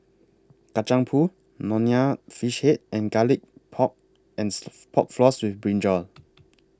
Kacang Pool Nonya Fish Head and Garlic Pork and Pork Floss with Brinjal